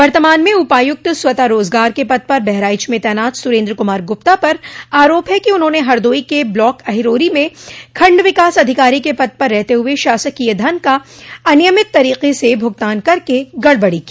वर्तमान में उपायुक्त स्वतः रोजगार के पद पर बहराइच में तैनात सुरेन्द्र कुमार गुप्ता पर आरोप है कि उन्होंने हरदोई के ब्लाक अहिरोरी में खंड विकास अधिकारी के पद पर रहते हुए शासकीय धन का अनियमित तरीके से भुगतान करके गड़बड़ी की